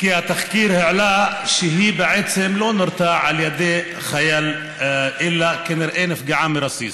התחקיר העלה שהיא בעצם לא נורתה על ידי חייל אלא כנראה נפגעה מרסיס.